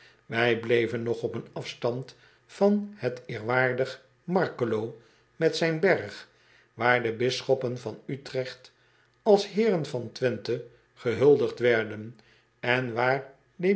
ij bleven nog op een afstand van het eerwaardig arkelo met zijn berg waar de bisschoppen van trecht als eeren van wenthe gehuldigd werden en waar